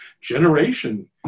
generation